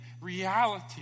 reality